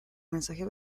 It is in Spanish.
mensaje